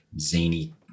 Zany